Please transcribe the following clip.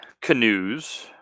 canoes